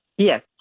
Yes